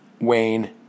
Wayne